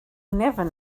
never